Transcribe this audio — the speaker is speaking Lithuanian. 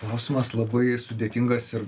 klausimas labai sudėtingas ir